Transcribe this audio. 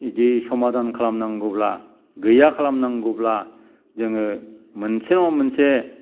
जुदि समादान खालामनांगौब्ला गैया खालामनांगौब्ला जोङो मोनसे नङा मोनसे